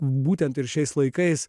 būtent ir šiais laikais